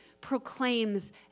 proclaims